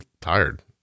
tired